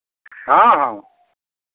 हँ हँ